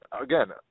Again